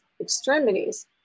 extremities